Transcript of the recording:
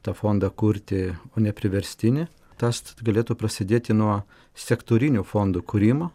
tą fondą kurti o ne priverstinį tas galėtų prasidėti nuo sektorinių fondų kūrimo